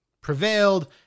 prevailed